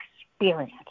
experience